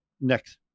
next